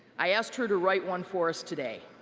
i asked her to write one for us today.